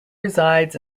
resides